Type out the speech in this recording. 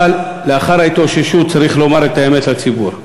אבל לאחר ההתאוששות צריך לומר את האמת לציבור: